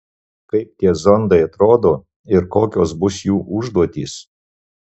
kaip tie zondai atrodo ir kokios bus jų užduotys